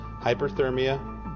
hyperthermia